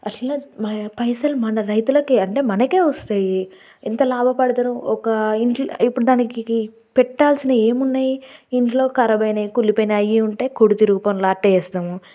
అట్ల పైసలు మన రైతులకి అంటే మనకే వస్తాయి ఎంత లాభపడతరు ఒకా ఇంట్లో ఇప్పుడు దానికికి పెట్టాల్సిన ఏమున్నాయి ఇంట్లో ఖరాబైనయి కుళ్లిపోయినాయి ఉంటాయి కుడితి రూపంలో అట్టే వేస్తాము